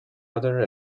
other